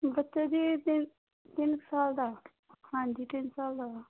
ਬੱਚਾ ਜੀ ਤਿੰਨ ਤਿੰਨ ਕੁ ਸਾਲ ਦਾ ਹਾਂਜੀ ਤਿੰਨ ਸਾਲ ਦਾ